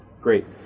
Great